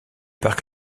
parc